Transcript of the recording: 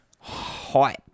hype